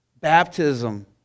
Baptism